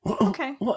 Okay